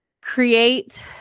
create